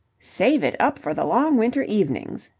save it up for the long winter evenings,